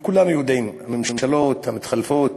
וכולנו יודעים, הממשלות המתחלפות,